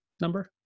number